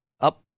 up